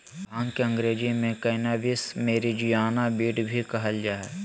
भांग के अंग्रेज़ी में कैनाबीस, मैरिजुआना, वीड भी कहल जा हइ